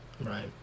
Right